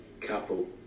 couple